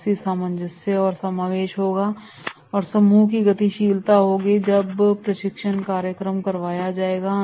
आपसी सामंजस्य और समावेश होगा और समूह कि गतिशीलता होगी जब प्रशिक्षण कार्यक्रम करवाया जाएगा